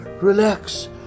Relax